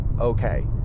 okay